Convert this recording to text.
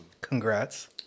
Congrats